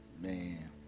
Man